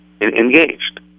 engaged